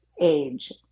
age